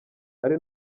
ari